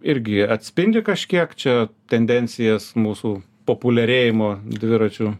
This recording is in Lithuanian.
irgi atspindi kažkiek čia tendencijas mūsų populiarėjimo dviračių